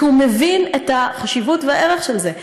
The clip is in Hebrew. כי הוא מבין את החשיבות והערך של זה.